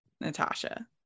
natasha